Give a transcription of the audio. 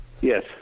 Yes